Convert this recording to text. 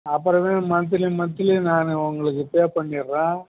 அப்புறமே monthly monthly நான் உங்களுக்கு பே பண்ணிடுறேன்